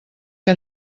que